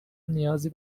نیازی